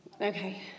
Okay